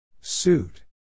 Suit